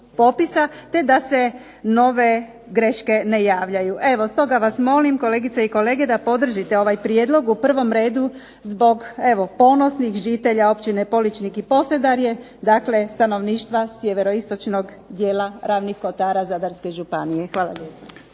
te da se nove greške ne javljaju. Evo stoga vas molim kolegice i kolege da podržite ovaj prijedlog, u prvom redu zbog evo ponosnih žitelja općine Poličnik i Posedarje, dakle stanovništva sjeveroistočnog dijela Ravnih Kotara Zadarske županije. Hvala lijepa.